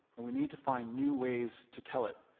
and we need to find new ways to tell it.